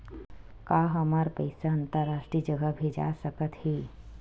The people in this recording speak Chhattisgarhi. का हमर पईसा अंतरराष्ट्रीय जगह भेजा सकत हे?